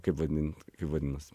kaip vadint kaip vadinasi